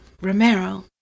Romero